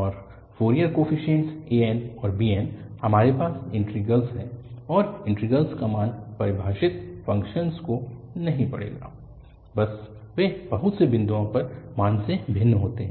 और Fourier coefficient an और bn हमारे पास इंटीग्रल्स है और इंटीग्रल्स का मान परिभाषित फ़ंक्शन को नहीं पढ़ेगा बस वे बहुत से बिंदुओं पर मान से भिन्न होते हैं